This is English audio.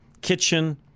kitchen